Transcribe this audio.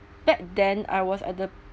back then I was at the